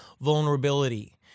vulnerability